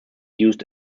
used